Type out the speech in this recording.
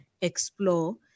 explore